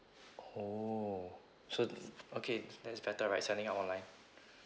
oh so okay that's better right signing up online